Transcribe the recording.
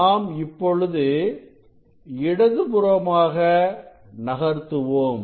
நாம் இப்பொழுது இடதுபுறமாக நகர்த்துவோம்